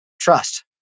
trust